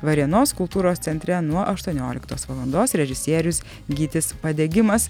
varėnos kultūros centre nuo aštuonioliktos valandos režisierius gytis padegimas